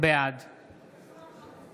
בעד